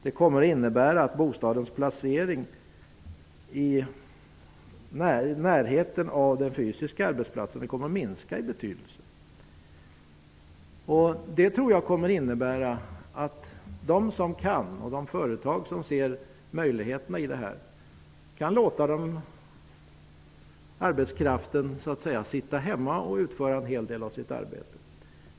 Det innebär att bostadens placering i närheten av den fysiska arbetsplatsen kommer att minska i betydelse. De företag som ser möjligheterna i detta kan låta arbetskraften sitta hemma och utföra en hel del av sitt arbete.